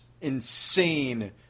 insane